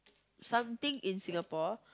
something in Singapore